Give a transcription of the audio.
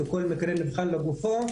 וכל מקרה נבחן לגופו,